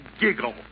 giggle